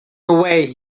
away